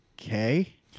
okay